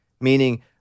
Meaning